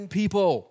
people